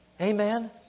Amen